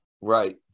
right